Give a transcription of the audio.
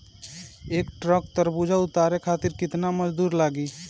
एक ट्रक तरबूजा उतारे खातीर कितना मजदुर लागी?